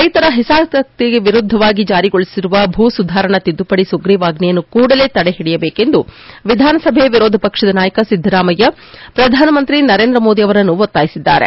ರೈತರ ಹಿತಾಸಕ್ತಿಗೆ ವಿರುದ್ಧವಾಗಿ ಜಾರಿಗೊಳಿಸಿರುವ ಭೂಸುಧಾರಣಾ ತಿದ್ದುಪಡಿ ಸುಗ್ರೀವಾಜ್ಞೆಯನ್ನು ಕೂಡಲೆ ತಡೆ ಹಿಡಿಯಬೇಕೆಂದು ವಿಧಾನಸಭೆಯ ವಿರೋಧಪಕ್ಷ ನಾಯಕ ಸಿದ್ದರಾಮಯ್ಯ ಪ್ರಧಾನಮಂತ್ರಿ ನರೇಂದ್ರ ಮೋದಿ ಅವರನ್ನು ಒತ್ತಾಯಿಸಿದ್ದಾರೆ